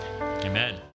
amen